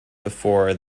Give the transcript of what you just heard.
before